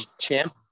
Champ